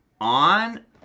on